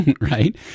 right